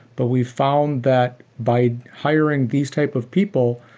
but we found that by hiring these types of people,